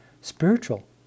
spiritual